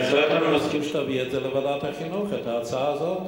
בהחלט אני מסכים שתעביר לוועדת החינוך את ההצעה הזו,